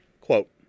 Quote